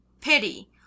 pity